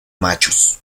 machos